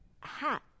hat